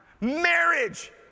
Marriage